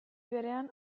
berean